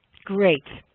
great.